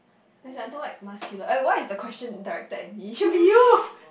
ya sia I don't like muscular eh why is the question directed at me it should be you